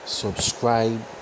subscribe